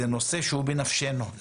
זה נושא שהוא בנפשנו,